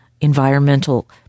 environmental